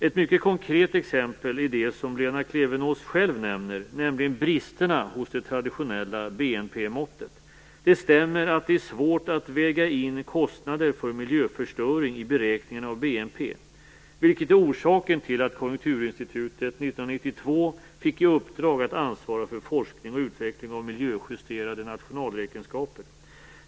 Ett mycket konkret exempel är det som Lena Klevenås själv nämner, nämligen bristerna hos det traditionella BNP-måttet. Det stämmer att det är svårt att väga in kostnader för miljöförstöring i beräkningarna av BNP, vilket är orsaken till att Konjunkturinstitutet 1992 fick i uppdrag att ansvara för forskning och utveckling av miljöjusterade nationalräkenskaper.